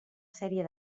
sèrie